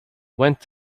went